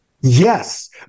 Yes